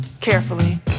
carefully